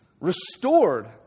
restored